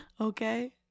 Okay